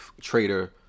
trader